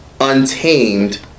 untamed